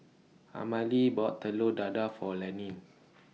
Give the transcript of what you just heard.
Amalie bought Telur Dadah For Lanny